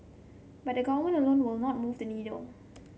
but government alone will not move the needle